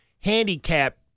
handicap